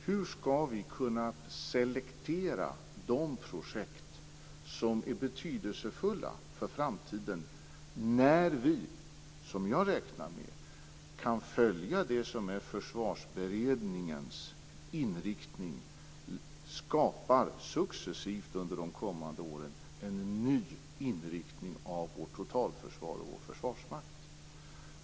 Hur skall vi kunna selektera de projekt som är betydelsefulla för framtiden när vi, som jag räknar med, kan följa det som är Försvarsberedningens inriktning, nämligen att under de kommande åren successivt skapa en ny inriktning av vårt totalförsvar och vår försvarsmakt?